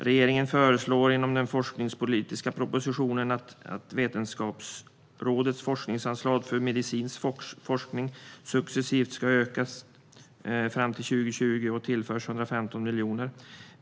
Regeringen föreslår i den forskningspolitiska propositionen att Vetenskapsrådets forskningsanslag för medicinsk forskning ska öka successivt fram till 2020 och tillföras 115 miljoner kronor.